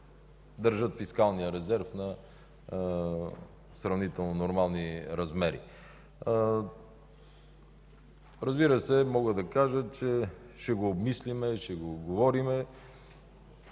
държат фискалния резерв на сравнително нормални размери. Разбира се, мога да кажа, че ще го обмислим, ще го говорим.